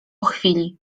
chwili